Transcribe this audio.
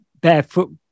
barefoot